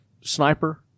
sniper